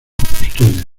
custodia